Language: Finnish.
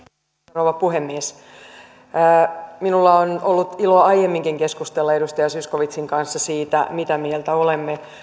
rouva puhemies minulla on ollut ilo aiemminkin keskustella edustaja zyskowiczin kanssa siitä mitä mieltä olemme